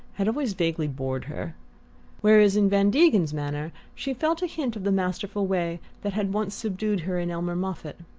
had always vaguely bored her whereas in van degen's manner she felt a hint of the masterful way that had once subdued her in elmer moffatt.